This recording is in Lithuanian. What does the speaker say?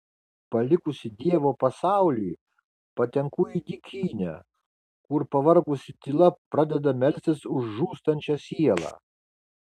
palikusi dievo pasaulį patenku į dykynę kur pavargusi tyla pradeda melstis už žūstančią sielą